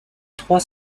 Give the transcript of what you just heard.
trois